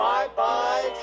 Bye-bye